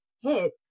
hit